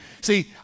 See